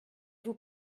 vous